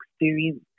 experience